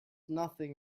nothing